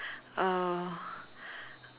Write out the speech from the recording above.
uh